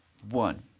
One